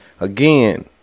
again